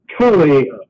truly